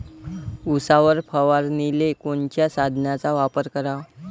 उसावर फवारनीले कोनच्या साधनाचा वापर कराव?